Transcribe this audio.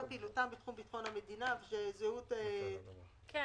פעילותן בתחום ביטחון המדינה וזהות --- כן,